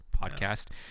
podcast